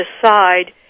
decide